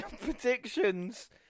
Predictions